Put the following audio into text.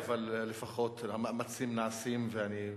ולאו דווקא הפקידים, וגם התושבים.